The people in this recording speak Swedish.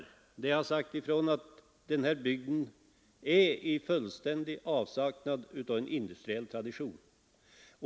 Jag har sagt att denna bygd är i fullständig avsaknad av industriell tradition.